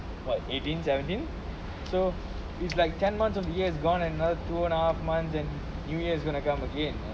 what eighteen seventeen so it's like ten months of years gone another two and a half months and new year's gonna come again